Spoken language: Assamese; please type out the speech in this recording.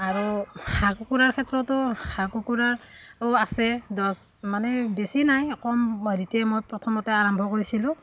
আৰু হাঁহ কুকুৰাৰ ক্ষেত্ৰতো হাঁহ কুকুুৰাৰও আছে দহ মানে বেছি নাই কম হেৰিতে মই প্ৰথমতে আৰম্ভ কৰিছিলোঁ